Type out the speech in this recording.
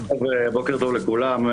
בוקר טוב לכולם,